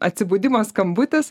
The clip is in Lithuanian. atsibudimo skambutis